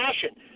passion